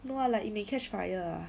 no lah like it may catch fire ah